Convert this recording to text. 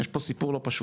יש פה סיפור לא פשוט,